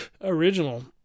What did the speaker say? original